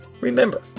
Remember